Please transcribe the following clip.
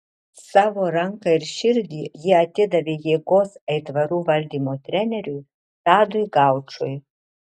savo ranką ir širdį ji atidavė jėgos aitvarų valdymo treneriui tadui gaučui